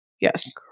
yes